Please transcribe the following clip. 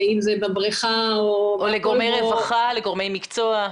לגורמי רווחה, לגורמי מקצוע?